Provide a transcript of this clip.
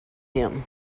him